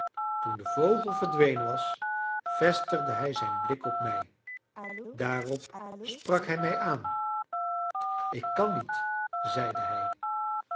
toen de vogel verdwenen was vestigde hij zijn blik op mij daarop sprak hij mij aan ik kan niet zeide hij